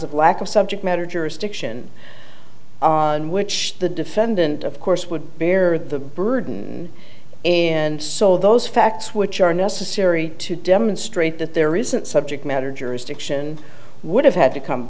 of lack of subject matter jurisdiction in which the defendant of course would bear the burden and so those facts which are necessary to demonstrate that there isn't subject matter jurisdiction would have had to come